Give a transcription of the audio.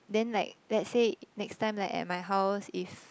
then like let's say next time like at my house if